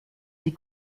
sie